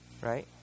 right